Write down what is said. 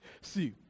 See